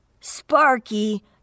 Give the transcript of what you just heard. Sparky